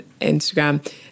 instagram